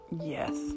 yes